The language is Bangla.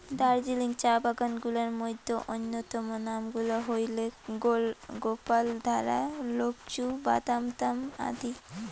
দার্জিলিং চা বাগান গুলার মইধ্যে অইন্যতম নাম গুলা হইলেক গোপালধারা, লোপচু, বাদামতাম আদি